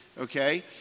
Okay